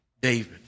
David